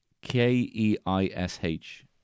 K-E-I-S-H